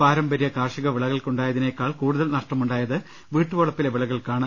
പാര മ്പര്യ കാർഷിക വിളകൾക്കുണ്ടായതിനേക്കാൾ കൂടുതൽ നഷ്ടമുണ്ടായത് വീട്ടുവ ളപ്പിലെ വിളകൾക്കാണ്